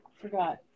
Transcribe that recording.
Forgot